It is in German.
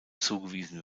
zugewiesen